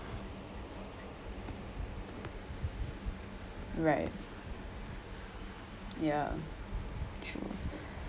ya right ya true